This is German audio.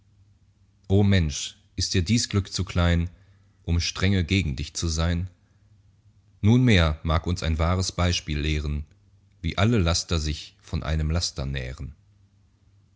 o mensch ist dir dies glück zu klein um strenge gegen dich zu sein nunmehr mag uns ein wahres beispiel lehren wie alle laster sich von einem laster nähren